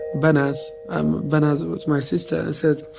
benas um benas was my sister. i said,